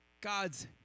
God's